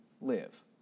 live